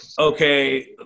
okay